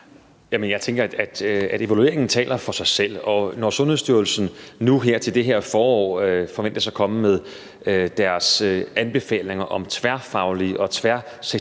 jeg tænker, at evalueringen taler for sig selv. Og når Sundhedsstyrelsen nu i det her forår forventes at komme med deres anbefalinger om tværfaglige og tværsektorielle